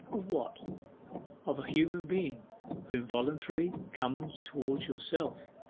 of what of a human being who involuntarily comes towards yourself